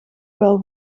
wel